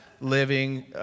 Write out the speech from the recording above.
living